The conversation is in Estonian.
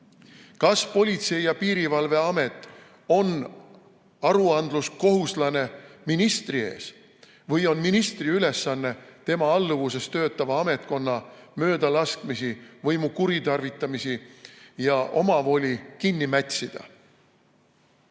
Kas Politsei‑ ja Piirivalveamet on aruandluskohuslane ministri ees või on ministri ülesanne tema alluvuses töötava ametkonna möödalaskmisi, võimu kuritarvitamisi ja omavoli kinni mätsida?